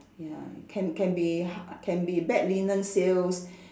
ya can can be h~ can be bed linen sales